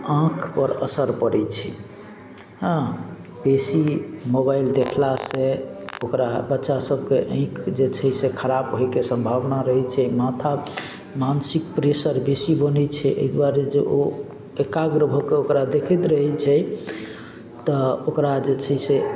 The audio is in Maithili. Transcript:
आँखिपर असर पड़य छै हँ बेसी मोबाइल देखलासँ ओकरा बच्चा सबके आँखिके जे छै से खराब होइके सम्भावना रहय छै माथा मानसिक प्रेशर बेसी बनय छै अइ दुआरे जे ओ एकाग्र भऽके ओकरा देखैत रहय छै तऽ ओकरा जे छै से